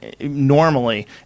normally